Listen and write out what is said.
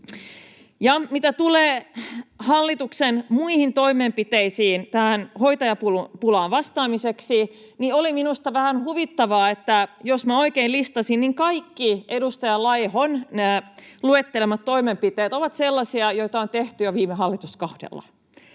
mitä tulee hallituksen muihin toimenpiteisiin tähän hoitajapulaan vastaamiseksi, niin oli minusta vähän huvittavaa, että jos oikein listasin, kaikki edustaja Laihon luettelemat toimenpiteet ovat sellaisia, joita on tehty jo viime hallituskaudella,